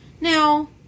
Now